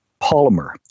polymer